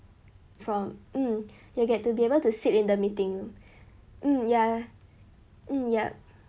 from mm you get to be able to sit in the meeting room mm ya mm yup